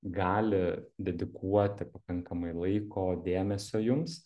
gali dedikuoti pakankamai laiko dėmesio jums